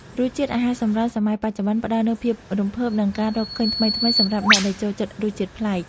រសជាតិអាហារសម្រន់សម័យបច្ចុប្បន្នផ្តល់នូវភាពរំភើបនិងការរកឃើញថ្មីៗសម្រាប់អ្នកដែលចូលចិត្តរសជាតិប្លែក។